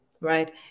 Right